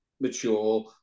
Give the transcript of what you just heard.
mature